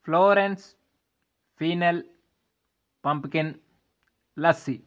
Florence phenol pumpkin lassi